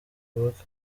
twubake